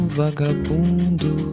vagabundo